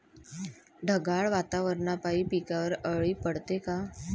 ढगाळ वातावरनापाई पिकावर अळी पडते का?